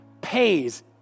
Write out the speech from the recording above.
pays